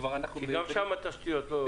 זה כי אי אפשר לקחת את האוניות לחיפה,